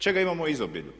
Čega imamo u izobilju?